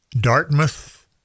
Dartmouth